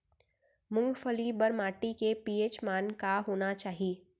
मूंगफली बर माटी के पी.एच मान का होना चाही?